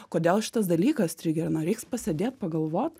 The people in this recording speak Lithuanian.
kodėl šitas dalykas trigerina reiks pasėdėt pagalvot